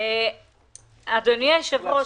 אדוני היושב-ראש,